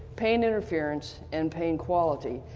pain interference, and pain quality.